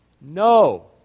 No